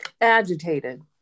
Agitated